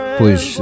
pois